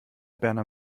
berner